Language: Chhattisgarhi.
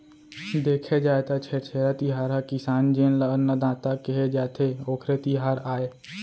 देखे जाए त छेरछेरा तिहार ह किसान जेन ल अन्नदाता केहे जाथे, ओखरे तिहार आय